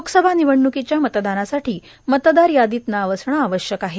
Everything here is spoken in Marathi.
लोकसभा निवडणूकीच्या मतदानासाठी मतदार यादीत नाव असणे आवश्यक आहे